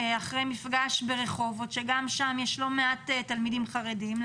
אחרי מפגש ברחובות שגם שם יש לא מעט תלמידים חרדים,